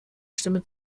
stimme